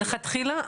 מלכתחילה,